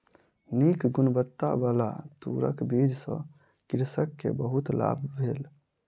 नीक गुणवत्ताबला तूरक बीज सॅ कृषक के बहुत लाभ भेल